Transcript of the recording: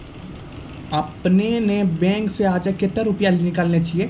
आपने ने बैंक से आजे कतो रुपिया लेने छियि?